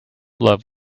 love